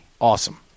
Awesome